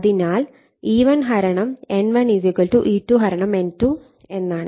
അതിനാൽ E1 N1 E2 N2 എന്നാണ്